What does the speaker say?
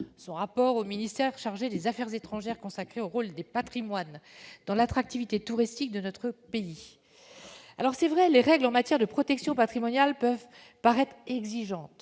son rapport remis au ministère chargé des affaires étrangères et consacré au rôle des patrimoines dans l'attractivité touristique de notre pays. Il est vrai que les règles en matière de protection patrimoniale peuvent paraître exigeantes.